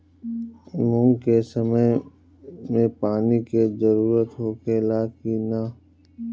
मूंग के समय मे पानी के जरूरत होखे ला कि ना?